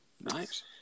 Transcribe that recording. Nice